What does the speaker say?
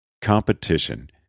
competition